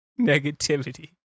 negativity